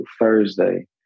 Thursday